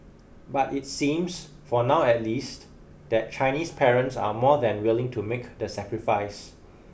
but it seems for now at least that Chinese parents are more than willing to make the sacrifice